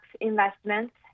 investments